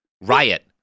Riot